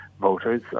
voters